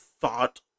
thought